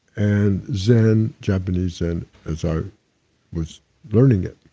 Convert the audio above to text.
and zen, japanese zen so was learning it.